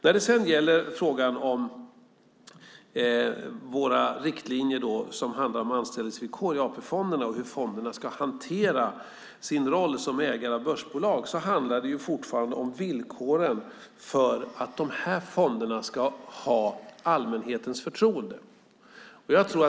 När det sedan gäller frågan om våra riktlinjer, som handlar om anställningsvillkor i AP-fonderna och hur fonderna ska hantera sin roll som ägare av börsbolag, handlar det fortfarande om villkoren för att dessa fonder ska ha allmänhetens förtroende.